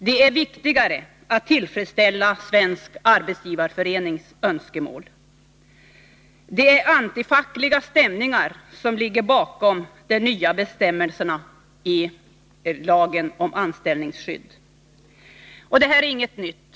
Det är viktigare att tillfredsställa Svenska arbetsgivareföreningens önskemål. Antifackliga stämningar ligger bakom de nya bestämmelserna i lagen om anställningsskydd. Detta är ingenting nytt.